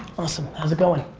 awesome, how's it goin'?